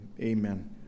amen